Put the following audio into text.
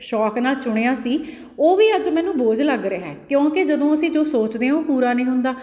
ਸ਼ੌਂਕ ਨਾਲ ਚੁਣਿਆ ਸੀ ਉਹ ਵੀ ਅੱਜ ਮੈਨੂੰ ਬੋਝ ਲੱਗ ਰਿਹਾ ਕਿਉਂਕਿ ਜਦੋਂ ਅਸੀਂ ਜੋ ਸੋਚਦੇ ਹਾਂ ਉਹ ਪੂਰਾ ਨਹੀਂ ਹੁੰਦਾ